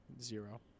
Zero